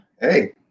Hey